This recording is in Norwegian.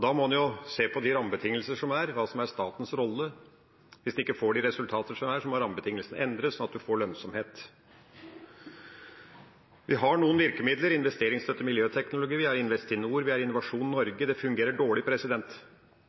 Da må en se på de rammebetingelsene som er, og hva som er statens rolle. Hvis en ikke får de resultater som en ønsker, må rammebetingelsene endres sånn at en får lønnsomhet. Vi har noen virkemidler: investeringsstøtte, miljøteknologi, Investinor, Innovasjon Norge – dette fungerer dårlig.